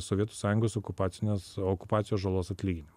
sovietų sąjungos okupacinės okupacijos žalos atlyginimas